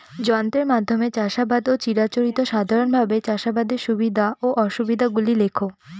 যন্ত্রের মাধ্যমে চাষাবাদ ও চিরাচরিত সাধারণভাবে চাষাবাদের সুবিধা ও অসুবিধা গুলি লেখ?